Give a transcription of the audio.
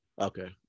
Okay